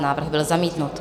Návrh byl zamítnut.